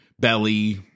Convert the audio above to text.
belly